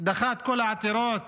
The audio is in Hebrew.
דחה את כל העתירות.